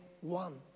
one